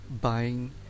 buying